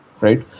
right